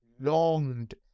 longed